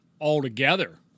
altogether